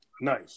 nice